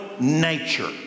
nature